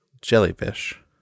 jellyfish